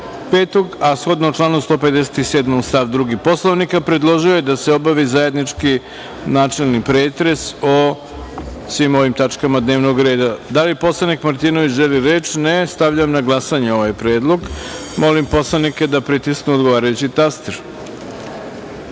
a shodno članu 157. stav 2. Poslovnika, predložio je da se obavi zajednički načelni pretres o svim ovim tačkama dnevnog reda. Da li poslanik Aleksandar Martinović želi reč? (Ne.)Stavljam na glasanje ovaj predlog. Molim poslanike da pritisnu odgovarajući